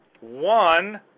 one